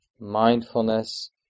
mindfulness